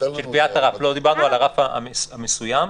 דיברנו על הרף המסוים.